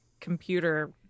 computer